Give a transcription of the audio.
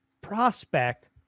prospect